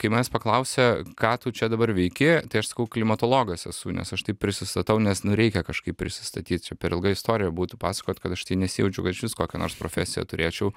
kai manęs paklausia ką tu čia dabar veiki tai aš sakau klimatologas esu nes aš taip prisistatau nes nu reikia kažkaip prisistatyt čia per ilga istorija būtų pasakot kad aš tai nesijaučiu kad išvis kokią nors profesiją turėčiau